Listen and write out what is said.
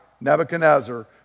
Nebuchadnezzar